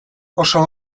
oso